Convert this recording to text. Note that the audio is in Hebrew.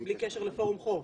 בלי קשר לפורום חוב.